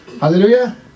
hallelujah